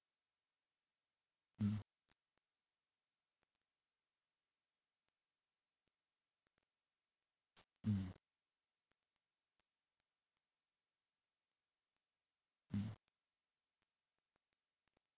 mm mm mm